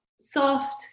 soft